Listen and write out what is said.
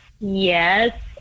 Yes